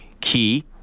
key